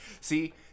see